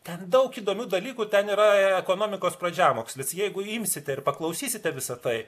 ten daug įdomių dalykų ten yra ekonomikos pradžiamokslis jeigu imsite ir paklausysite visa tai